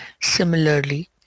Similarly